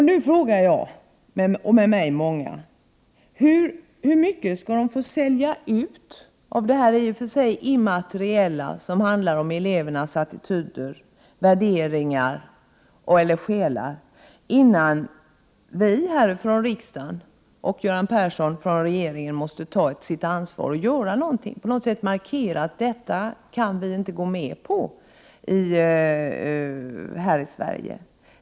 Nu frågar jag, och många med mig: Hur mycket skall skolan få sälja ut av det här i och för sig immateriella som handlar om elevernas attityder, värderingar och själar, innan vi här från riksdagen och Göran Persson från regeringen tar sitt ansvar och gör någonting, på något sätt markerar att vi inte kan acceptera detta i Sverige?